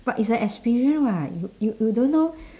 but it's a experience [what] you you you don't know